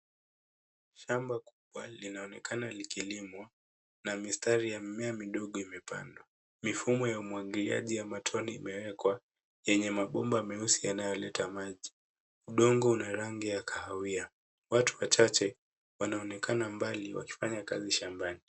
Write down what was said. Shamba kubwa linaonekana likilimwa na mistari ya mimea midogo imepandwa. Mifumo ya umwagiliaji ya matone imewekwa yenye mabomba meusi yanayoleta maji. Udongo una rangi ya kahawia. Watu wachache wanaonekana mbali wakifanya kazi shambani .